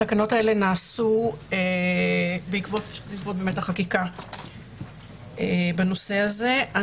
התקנות האלה נעשו בעקבות החקיקה בנושא הזה.